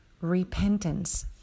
repentance